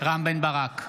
רם בן ברק,